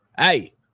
hey